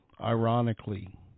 Ironically